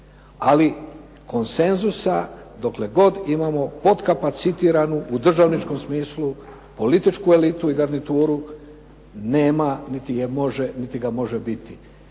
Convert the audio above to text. Ali konsenzusa dokle god imamo podkapacitiranu u državničkom smislu politički elitu i garnituru nema niti ga može biti.